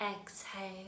Exhale